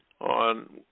on